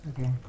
Okay